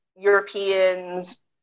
Europeans